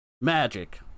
Magic